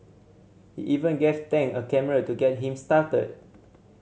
he even gave Tang a camera to get him started